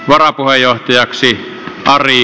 valokuva johtajaksi ari